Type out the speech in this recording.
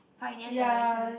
Pioneer Generation